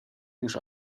niż